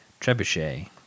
Trebuchet